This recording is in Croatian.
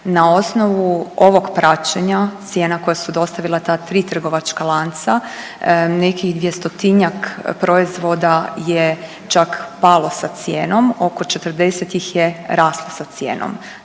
Na osnovu ovog praćenja cijena koja su dostavila ta tri trgovačka lanca nekih dvjestotinjak proizvoda je čak palo sa cijenom. Oko 40 ih je raslo sa cijenom.